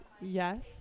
Yes